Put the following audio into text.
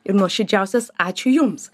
ir nuoširdžiausias ačiū jums